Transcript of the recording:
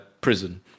prison